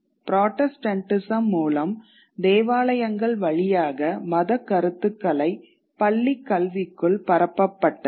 Protestantism மூலம் தேவாலயங்கள் வழியாக மதக் கருத்துக்களைப் பள்ளிக்கல்விக்குள் பரப்பப்பட்டது